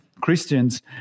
Christians